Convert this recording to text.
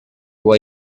what